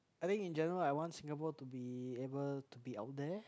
I think in general I want Singapore to be able to be out there